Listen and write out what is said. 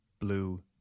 blue